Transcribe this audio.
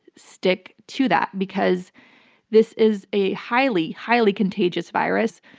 stick to that because this is a highly, highly contagious virus.